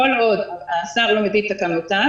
כל עוד השר לא מביא את תקנותיו,